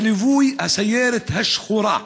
בליווי הסיירת השחורה,